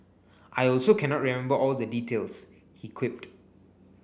I also cannot remember all the details he quipped